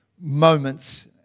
moments